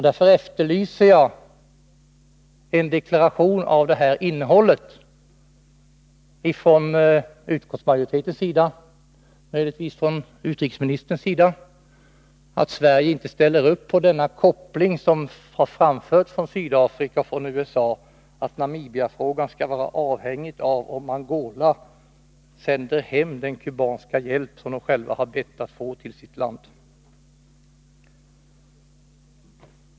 Därför efterlyser jag en deklaration från utskottsmajoriteten, eller möjligtvis från utrikesministern, att Sverige inte ställer upp på denna koppling som Sydafrika och USA gjort, att Namibiafrågan skulle vara avhängig av om Angola sänder hem den kubanska hjälp som man själv har bett att få till sitt land.